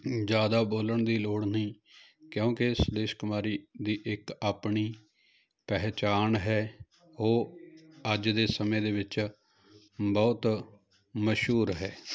ਜ਼ਿਆਦਾ ਬੋਲਣ ਦੀ ਲੋੜ ਨਹੀਂ ਕਿਉਂਕਿ ਸੁਦੇਸ਼ ਕੁਮਾਰੀ ਦੀ ਇੱਕ ਆਪਣੀ ਪਹਿਚਾਣ ਹੈ ਉਹ ਅੱਜ ਦੇ ਸਮੇਂ ਦੇ ਵਿੱਚ ਬਹੁਤ ਮਸ਼ਹੂਰ ਹੈ